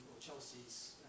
Chelsea's